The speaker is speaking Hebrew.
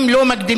אם לא מקדימים,